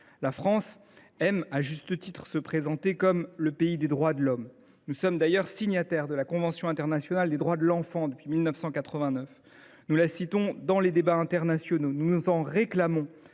La France aime, à juste titre, se présenter comme le pays des droits de l’homme. Nous sommes d’ailleurs signataires de la Convention internationale des droits de l’enfant (CIDE) depuis 1989. Nous la citons dans les débats internationaux, nous nous en réclamons